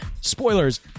spoilers